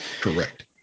Correct